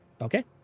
Okay